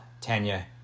Tanya